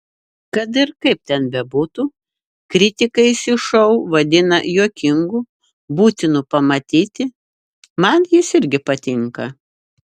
kad ir kaip ten bebūtų kritikai šį šou vadina juokingu būtinu pamatyti man jis irgi patinka